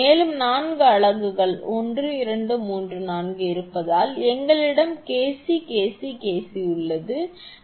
மேலும் நான்கு அலகுகள் 1 2 3 4 இருப்பதால் எங்களிடம் KC KC KC உள்ளது